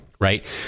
right